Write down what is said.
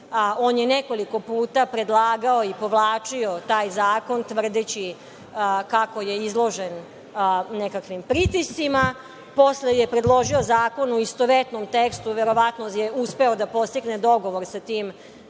on je nekoliko puta predlagao i povlačio taj zakon tvrdeći kako je izložen nekakvim pritiscima. Posle je predložio zakon u istovetnom tekstu, verovatno je uspeo da postigne dogovor sa tim